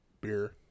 beer